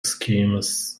schemes